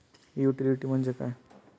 Utility म्हणजे काय?